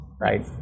right